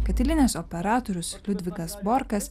katilinės operatorius liudvikas borkas